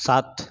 सात